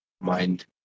mind